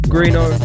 Greeno